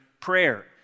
prayer